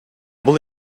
бул